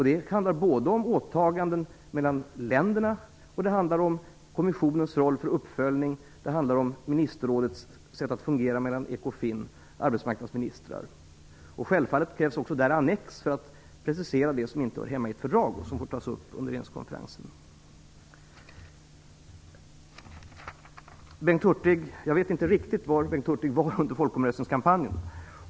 Det handlar både om åtaganden mellan länderna och om kommissionens roll för uppföljning. Det handlar också om ministerrådets sätt att fungera mellan Ekofin och arbetsmarknadsministrarna. Självfallet krävs där också annex för att precisera det som inte hör hemma i ett fördrag och som får tas upp under regeringskonferensen. Jag vet inte riktigt var Bengt Hurtig var under folkomröstningskampanjen.